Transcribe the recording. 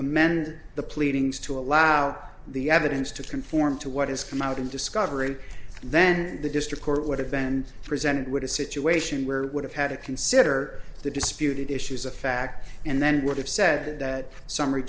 amend the pleadings to allow the evidence to conform to what has come out in discovery then the district court would have been presented with a situation where it would have had to consider the disputed issues a fact and then it would have said that summary